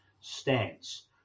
stance